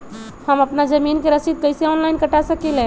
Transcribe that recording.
हम अपना जमीन के रसीद कईसे ऑनलाइन कटा सकिले?